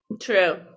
True